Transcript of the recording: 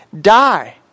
die